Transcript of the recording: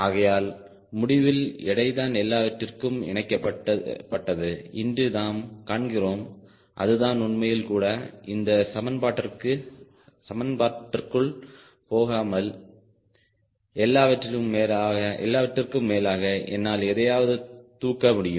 ஆகையால் முடிவில் எடைதான் எல்லாவற்றிற்கும் இணைக்கப்பட்டது இன்று நாம் காண்கிறோம் அதுதான் உண்மையும் கூட இந்த சமன் பாட்டிற்குள் போகாமல் எல்லாவற்றிற்கும் மேலாக என்னால் எதையாவது தூக்க முடியும்